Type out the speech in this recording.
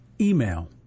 email